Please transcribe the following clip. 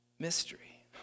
mystery